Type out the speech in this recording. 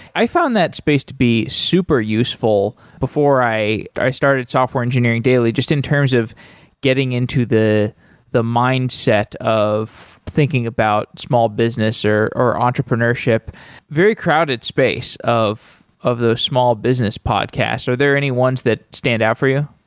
i found that space to be super useful before i i started software engineering daily, just in terms of getting into the the mindset of thinking about small business, or or entrepreneurship very crowded space of of the small business podcasts. are there any ones that stand out for you?